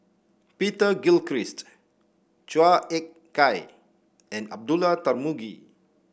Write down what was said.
Peter Gilchrist Chua Ek Kay and Abdullah Tarmugi